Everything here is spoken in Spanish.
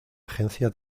agencia